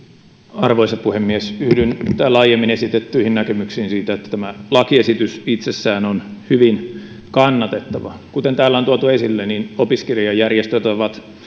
arvoisa puhemies yhdyn täällä aiemmin esitettyihin näkemyksiin siitä että tämä lakiesitys itsessään on hyvin kannatettava kuten täällä on tuotu esille opiskelijajärjestöt ovat toistuvasti